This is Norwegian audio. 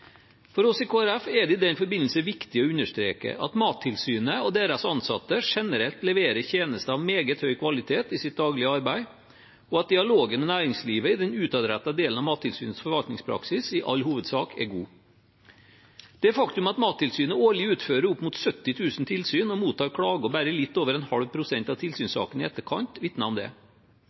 For oss i Kristelig Folkeparti er det i den forbindelse viktig å understreke at Mattilsynet og deres ansatte generelt leverer tjenester av meget høy kvalitet i sitt daglige arbeid, og at dialogen med næringslivet i den utadrettede delen av Mattilsynets forvaltningspraksis i all hovedsak er god. Det faktum at Mattilsynet årlig utfører opp mot 70 000 tilsyn og mottar klager i bare litt over 0,5 pst. av tilsynssakene i etterkant, vitner om det.